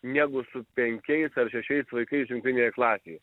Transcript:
negu su penkiais šešiais vaikais jungtinėje klasėje